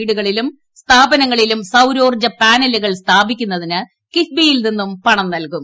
വീടുകളിലൂം സ്ഥാപനങ്ങളിലും സൌരോർജ പാനലുകൾ സ്ഥാപിക്കുന്നതിന് കിഫ്ബിയിൽ നിന്നും പണം നൽകും